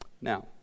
Now